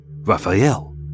Raphael